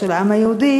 של העם היהודי,